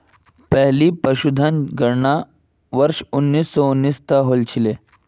पहली पशुधन गणना वर्ष उन्नीस सौ उन्नीस त शुरू हल छिले